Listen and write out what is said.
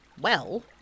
Well